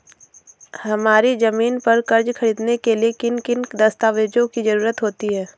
हमारी ज़मीन पर कर्ज ख़रीदने के लिए किन किन दस्तावेजों की जरूरत होती है?